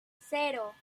cero